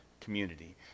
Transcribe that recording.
community